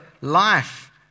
life